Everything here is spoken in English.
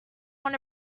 want